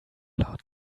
lot